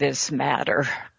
this matter